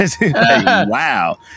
Wow